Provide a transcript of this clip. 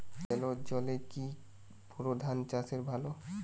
সেলোর জলে কি বোর ধানের চাষ ভালো?